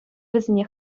вӗсене